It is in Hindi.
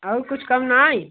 और कुछ कम नहीं